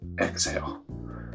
exhale